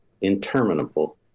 interminable